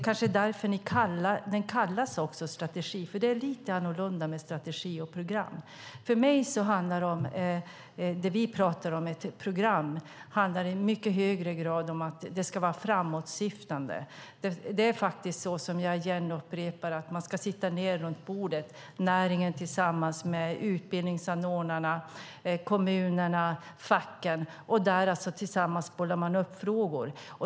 Det kanske är därför den kallas strategi, för strategi är lite annorlunda än program. Det vi pratar om är ett program, och det handlar i mycket högre grad om att det ska vara framåtsyftande. Då ska man, vill jag upprepa, sitta tillsammans runt bordet, näringen, utbildningsanordnarna, kommunerna och facken, och där bolla frågor.